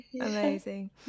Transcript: Amazing